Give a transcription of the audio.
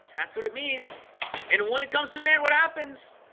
that's what it means and when it comes to an end what happens